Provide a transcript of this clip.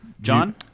John